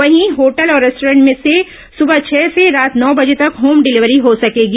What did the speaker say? वहीं होटल और रेस्टोरेंट से सुबह छह से रात नौ बजे तक होम डिलेवरी हो सकेंगी